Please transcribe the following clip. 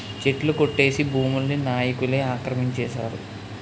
చెట్లు కొట్టేసి భూముల్ని నాయికులే ఆక్రమించేశారు